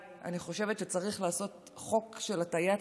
אני חושבת שצריך לעשות חוק של הטעיית